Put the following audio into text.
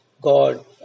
God